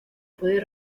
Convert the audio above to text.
puede